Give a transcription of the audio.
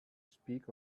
speak